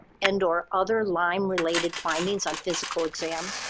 and or other lyme related findings on physical exam,